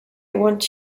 want